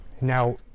Now